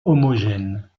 homogène